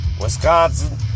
Wisconsin